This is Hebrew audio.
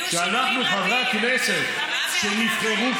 כי זה מפריע,